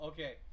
Okay